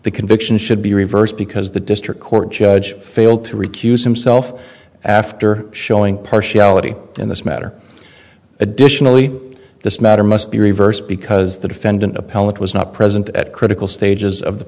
the conviction should be reversed because the district court judge failed to recuse himself after showing partiality in this matter additionally this matter must be reversed because the defendant appellant was not present at critical stages of the